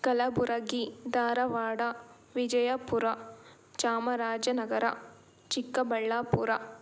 Kalaburagi Dharwad Vijayapura Chamarajanagar Chikkaballapur